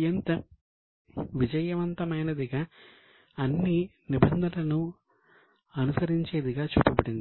పెద్ద మార్పులు చేయబడ్డాయి